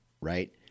right